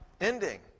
ending